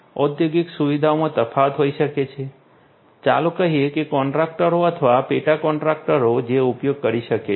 ઔદ્યોગિક સુવિધામાં તફાવત હોઈ શકે છે ચાલો કહીએ કે કોન્ટ્રાક્ટરો અથવા પેટા કોન્ટ્રાક્ટરો જે ઉપયોગ કરી શકે છે